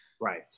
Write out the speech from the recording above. right